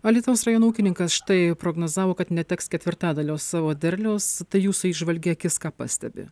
alytaus rajono ūkininkas štai prognozavo kad neteks ketvirtadalio savo derliaus tai jūsų įžvalgi akis ką pastebi